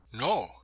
No